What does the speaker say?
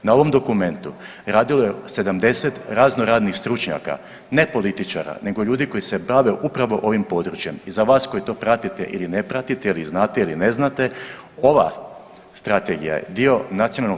Na ovom dokumentu radilo je 70 razno raznih stručnjaka, ne političara nego ljudi koji se bave upravo ovim područjem i za vas koji to pratite ili ne pratite, jel ih znate ili ne znate, ova strategija je dio NPOO-a.